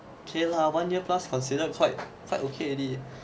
K lah one year plus considered quite quite okay already